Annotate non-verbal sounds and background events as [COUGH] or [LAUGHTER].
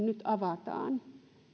[UNINTELLIGIBLE] nyt avataan